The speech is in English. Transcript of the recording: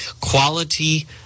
Quality